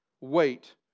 Wait